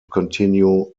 continue